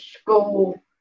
school